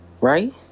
Right